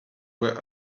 were